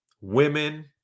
women